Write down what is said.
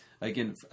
Again